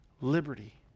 liberty